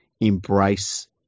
embrace